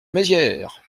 mézières